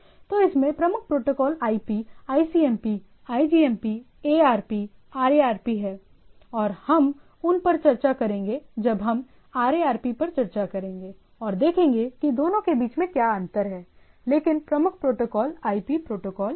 तो इसमें प्रमुख protocol IP ICMP IGMP ARP RARP है और हम उन पर चर्चा करेंगे जब हम आरएआरपी पर चर्चा करेंगे और देखेंगे कि दोनों के बीच में क्या अंतर है लेकिन प्रमुख प्रोटोकॉल आईपी प्रोटोकॉल है